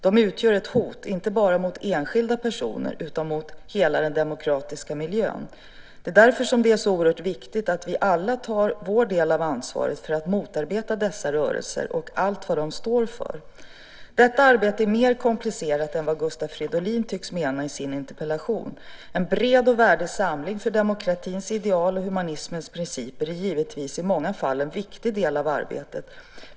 De utgör ett hot inte bara mot enskilda personer utan mot hela den demokratiska miljön. Det är därför som det är så oerhört viktigt att vi alla tar vår del av ansvaret för att motarbeta dessa rörelser och allt vad de står för. Detta arbete är mera komplicerat än vad Gustav Fridolin tycks mena i sin interpellation. En bred och värdig samling för demokratins ideal och humanismens principer är givetvis i många fall en viktig del av arbetet.